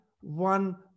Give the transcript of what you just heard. one